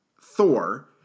Thor